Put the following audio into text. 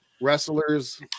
wrestlers